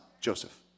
Joseph